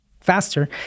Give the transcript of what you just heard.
faster